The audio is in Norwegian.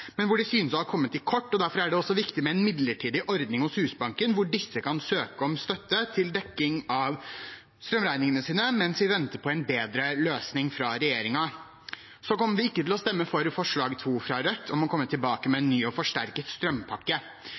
men hvor de synes å ha kommet til kort. Derfor er det viktig med en midlertidig ordning hos Husbanken hvor disse kan søke om støtte til dekking av strømregningene sine, mens vi venter på en bedre løsning fra regjeringen. Så kommer vi ikke til å stemme for forslag nr. 2 fra Rødt, om å komme tilbake med en ny og forsterket strømpakke.